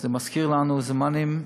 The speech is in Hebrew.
זה מזכיר לנו זמנים נוראים,